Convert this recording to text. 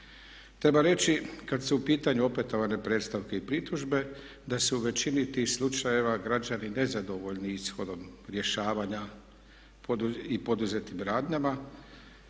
Treba reći kada su u pitanju opetovane predstavke i pritužbe da su u većini tih slučajeva građani nezadovoljni ishodom rješavanja i poduzetnim radnjama